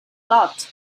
lot